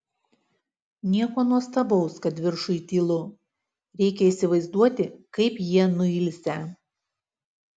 nieko nuostabaus kad viršuj tylu reikia įsivaizduoti kaip jie nuilsę